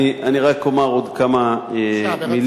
אני רק אומר עוד כמה מלים,